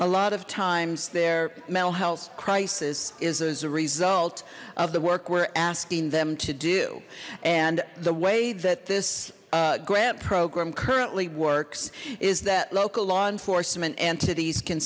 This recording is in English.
a lot of times their mental health crisis is as a result of the work we're asking them to do and the way that this grant program currently works is that local law enforcement entities can